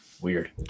weird